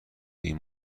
این